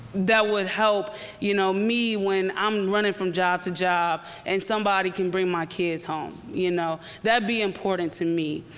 that would help you know me when i'm running from job-to-job and somebody can bring my kids home. you know that would be important to me.